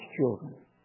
children